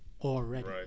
already